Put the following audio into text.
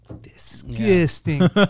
disgusting